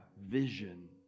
vision